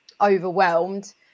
overwhelmed